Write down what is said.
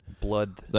Blood